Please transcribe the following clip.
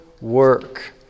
work